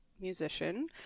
musician